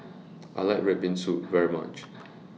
I like Red Bean Soup very much